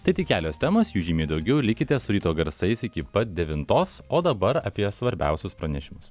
tai tik kelios temos jų žymiai daugiau ir likite su ryto garsais iki pat devintos o dabar apie svarbiausius pranešimus